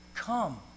Come